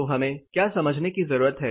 तो हमें क्या समझने की जरूरत है